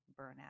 burnout